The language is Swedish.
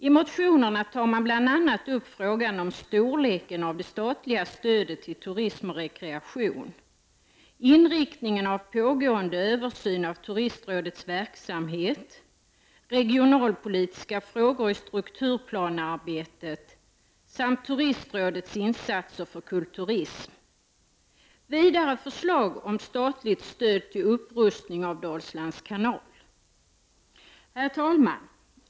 I motionerna tar man bl.a. upp frågan om storleken av det statliga stödet till turism och rekreation, inriktningen av pågående översyn av Turistrådets verksamhet, regionalpolitiska frågor i strukturplanearbetet samt Turistrådets insatser för kulturism. Vidare behandlas förslag om statligt stöd till upprustning av Dalslands kanal. Herr talman!